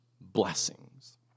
blessings